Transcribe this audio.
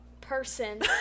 person